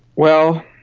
well,